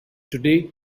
today